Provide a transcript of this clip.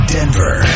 Denver